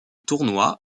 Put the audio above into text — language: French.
tournoi